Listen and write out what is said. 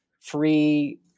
free